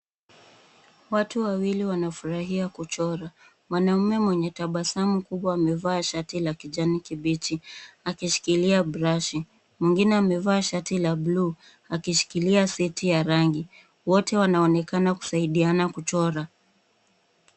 Watu wawili wanafurahia kuchora. Mwanaume mwenye tabasamu kubwa amevaa shati la kijani kibichi, akishikilia brashi .Mwingine amevaa shati la blue akishikilia seti ya rangi. Wote wanaonekana kusaidiana kuchora.